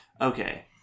Okay